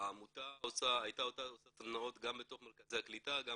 העמותה הייתה עושה סדנאות בתוך מרכזי הקליטה גם